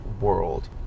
world